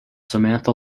samantha